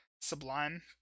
sublime